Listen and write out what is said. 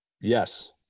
yes